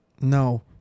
No